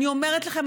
אני אומרת לכם,